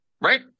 Right